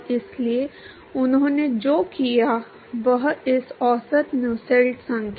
तो आइए हम एक कथानक बनाने का प्रयास करें क्योंकि उन्हें चिल्टन कोलबर्न सादृश्य से कुछ अंतर्दृष्टि मिली है